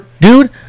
Dude